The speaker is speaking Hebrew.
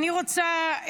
אני רוצה,